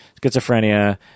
schizophrenia